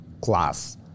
class